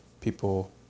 people